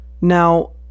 Now